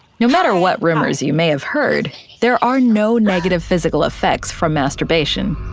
no matter what rumors you may have heard, there are no negative physical effects from masturbation.